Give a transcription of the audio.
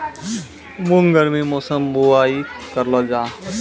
मूंग गर्मी मौसम बुवाई करलो जा?